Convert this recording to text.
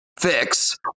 fix